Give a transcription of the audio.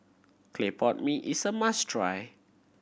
clay pot mee is a must try